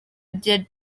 rye